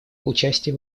участие